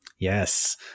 Yes